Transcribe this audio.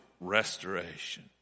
restoration